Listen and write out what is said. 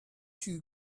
two